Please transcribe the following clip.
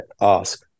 ask